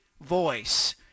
voice